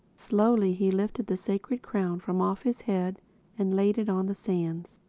slowly he lifted the sacred crown from off his head and laid it on the sands.